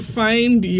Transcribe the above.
find